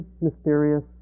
mysterious